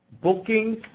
bookings